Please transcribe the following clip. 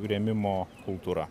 rėmimo kultūra